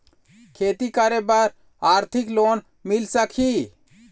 खेती करे बर आरथिक लोन मिल सकही?